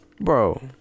bro